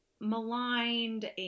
maligned